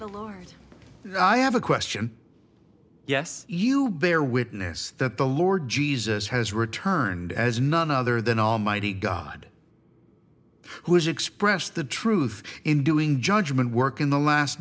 the lord i have a question yes you bear witness that the lord jesus has returned as none other than almighty god who has expressed the truth in doing judgement work in the last